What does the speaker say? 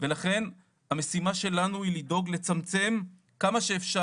ולכן המשימה שלנו היא לדאוג לצמצם כמה לאפשר